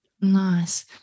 Nice